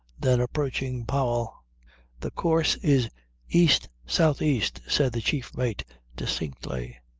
then approaching powell the course is east-south-east, said the chief mate distinctly.